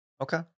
Okay